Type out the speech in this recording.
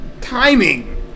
Timing